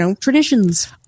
traditions